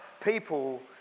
people